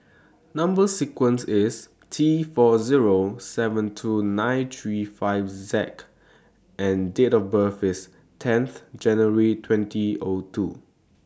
Number sequence IS T four Zero seven two nine three five Z and Date of birth IS tenth January twenty O two